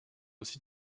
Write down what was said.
aussi